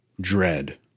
dread